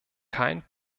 kein